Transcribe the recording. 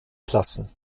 klassen